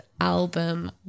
album